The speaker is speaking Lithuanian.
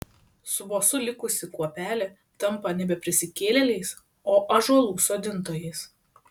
su bosu likusi kuopelė tampa nebe prisikėlėliais o ąžuolų sodintojais